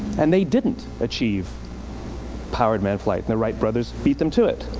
and they didn't achieve powered man flight, and the wright brothers beat them to it.